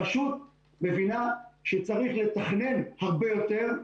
הרשות מבינה שצריך לתכנן הרבה יותר,